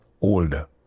older